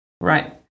Right